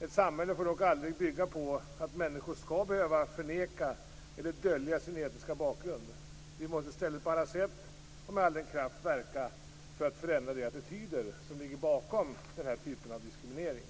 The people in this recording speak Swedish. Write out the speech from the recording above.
Ett samhälle får dock aldrig bygga på att människor skall behöva förneka eller dölja sin etniska bakgrund. Vi måste i stället på alla sätt och med all kraft verka för att förändra de attityder som ligger bakom den här typen av diskriminering.